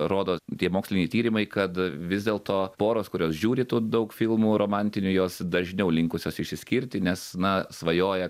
rodo tie moksliniai tyrimai kad vis dėlto poros kurios žiūri tų daug filmų romantinių jos dažniau linkusios išsiskirti nes na svajoja